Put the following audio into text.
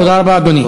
תודה.